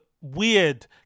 weird